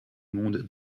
monde